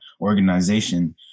organization